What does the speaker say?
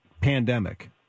pandemic